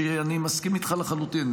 שאני מסכים איתך לחלוטין,